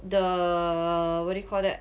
the what do you call that